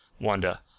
Wanda